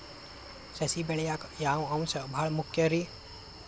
ಸಸಿ ಬೆಳೆಯಾಕ್ ಯಾವ ಅಂಶ ಭಾಳ ಮುಖ್ಯ ರೇ?